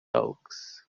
oaks